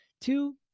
Two